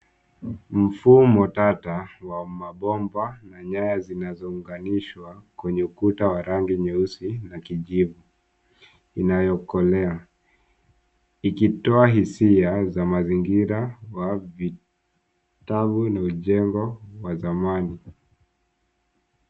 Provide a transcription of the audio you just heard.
Mfumo tata wa mabomba na nyaya zinazounganishwa kwenye ukuta wa rangi nyeusi na kijivu inayokolea ikitoa hisia za mazingira wa tavu na vijengo vya zamani.